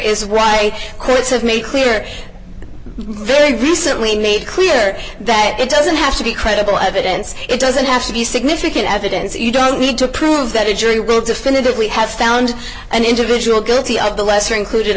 right courts have made clear very recently made clear that it doesn't have to be credible evidence it doesn't have to be significant evidence you don't need to prove that a jury will definitively have found an individual guilty of the lesser included